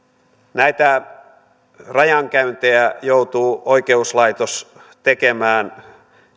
näitä rajankäyntejä joutuu oikeuslaitos tekemään